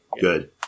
good